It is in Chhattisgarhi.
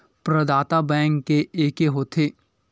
प्रदाता बैंक के एके होथे?